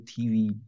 TV